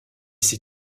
ces